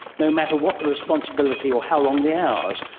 no matter what the responsibility or how long the hours.